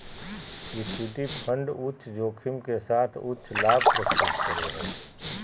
equity fund उच्च जोखिम के साथ उच्च लाभ प्रस्तुत करो हइ